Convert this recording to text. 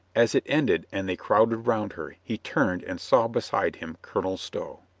as it ended and they crowded round her, he turned and saw beside him colonel stow.